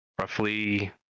roughly